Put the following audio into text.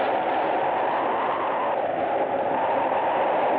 or